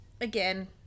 Again